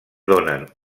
donen